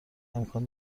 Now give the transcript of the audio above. امکان